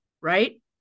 right